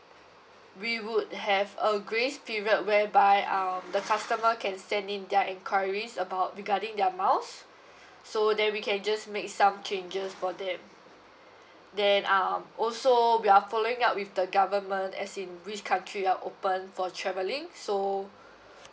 we would have a grace period whereby um the customer can send in their enquiries about regarding their miles so then we can just make some changes for that then um also we are following up with the government as in which country are open for travelling so